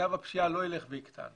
מצב הפשיעה לא יילך ויקטן,